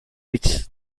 which